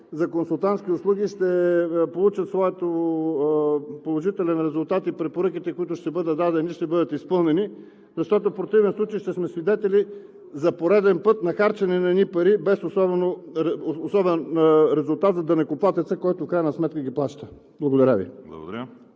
за консултантски услуги, ще получат своя положителен резултат, и препоръките, които ще бъдат дадени, ще бъдат изпълнени. В противен случай ще сме свидетели за пореден път на харчене на едни пари без особен резултат за данъкоплатеца, който в крайна сметка ги плаща. Благодаря Ви.